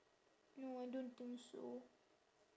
no I don't think so